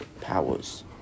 powers